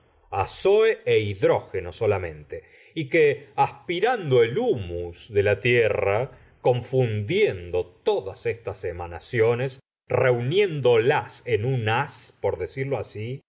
ázoe é hidrógeno solamente y que aspirando el humus de la tierra confundiendo todas estas emanaciones reuniéndolas en un haz por decirlo así